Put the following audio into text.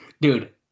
Dude